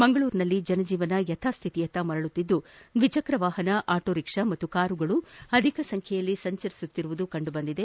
ಮಂಗಳೂರಿನಲ್ಲಿ ಜನಜೀವನ ಯಥಾಸ್ವಿತಿಯತ್ತ ಮರಳುತ್ತಿದ್ದು ದ್ವಿಚ್ಚಕ್ರವಾಪನ ಆಟೋರಿಕ್ಷಾ ಹಾಗೂ ಕಾರುಗಳು ಅಧಿಕ ಸಂಖ್ಯೆಯಲ್ಲಿ ಸಂಚರಿಸುತ್ತಿರುವುದು ಕಂಡು ಬಂದಿದೆ